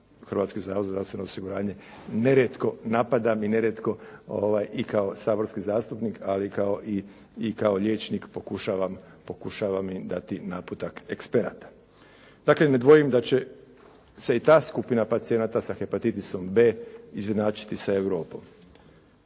Hrvatski zavod za zdravstveno osiguranje nerijetko napadam, nerijetko i kao saborski zastupnik ali i kao liječnik pokušavam im dati naputak eksperata. Dakle, ne dvojim da će se i ta skupina pacijenata sa hepatitisom B izjednačiti sa Europom.